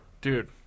Dude